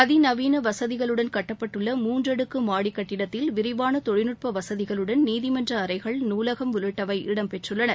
அதிநவீன வசதிகளுடன் கட்டப்பட்டுள்ள மூன்றடுக்கு மாடி கட்டிடத்தில் விரிவான தொழில்நுட்ப வசதிகளுடன் நீதிமன்ற அறைகள் நூலகம் உள்ளிட்டவை இடம்பெற்றுள்ளன